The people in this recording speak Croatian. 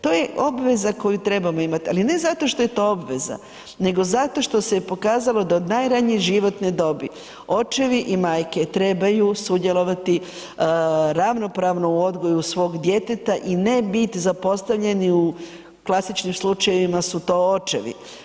To je obveza koju trebamo imat, ali ne zato što je to obveza, nego zato što se je pokazalo da od najranije životne dobi očevi i majke trebaju sudjelovati ravnopravno u odgoju svog djeteta i ne bit zapostavljeni, u klasičnim slučajevima su to očevi.